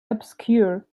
obscure